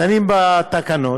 דנים בתקנות,